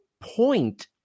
point